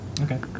Okay